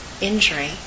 injury